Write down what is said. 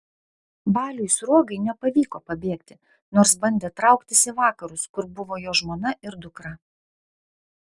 baliui sruogai nepavyko pabėgti nors bandė trauktis į vakarus kur buvo jo žmona ir dukra